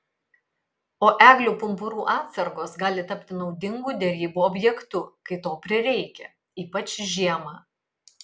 o eglių pumpurų atsargos gali tapti naudingu derybų objektu kai to prireikia ypač žiemą